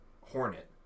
hornet